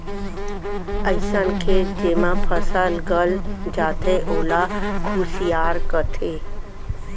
अइसन खेत जेमा फसल गल जाथे ओला खुसियार कथें